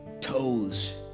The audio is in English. toes